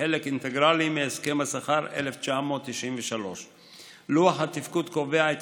כחלק אינטגרלי מהסכם השכר 1993. לוח התפקוד קובע את